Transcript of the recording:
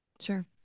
sure